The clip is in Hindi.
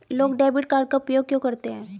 लोग डेबिट कार्ड का उपयोग क्यों करते हैं?